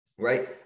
right